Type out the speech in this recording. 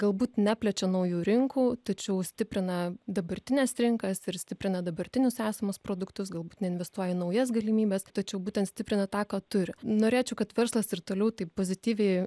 galbūt neplečia naujų rinkų tačiau stiprina dabartines rinkas ir stiprina dabartinius esamus produktus galbūt neinvestuoja į naujas galimybes tačiau būtent stiprina tą ką turi norėčiau kad verslas ir toliau taip pozityviai